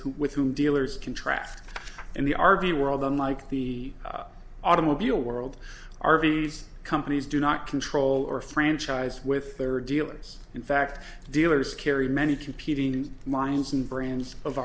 who with whom dealers contracts in the r v world unlike the automobile world r v s companies do not control or franchise with their dealers in fact dealers carry many competing minds and brands of